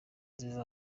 ziza